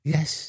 Yes